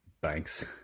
Banks